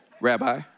Rabbi